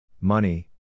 money